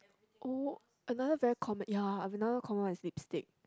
oh another very common ya another common one is lipstick